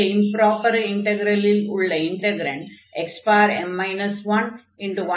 இந்த இம்ப்ராப்பர் இன்டக்ரலில் உள்ள இன்டக்ரன்ட் xm 11 xn 1ஆகும்